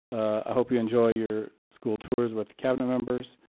i hope you enjoy your school tours with cabinet members.